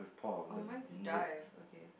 oh mine is dive okay